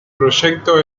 proyecto